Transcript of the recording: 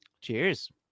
Cheers